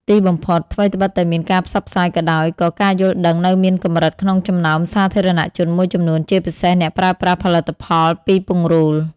ទីបំផុត ថ្វីត្បិតតែមានការផ្សព្វផ្សាយក៏ដោយក៏ការយល់ដឹងនៅមានកម្រិតក្នុងចំណោមសាធារណជនមួយចំនួនជាពិសេសអ្នកប្រើប្រាស់ផលិតផលពីពង្រូល។